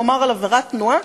נאמר על עבירת תנועה,